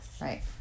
right